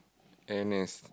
N_S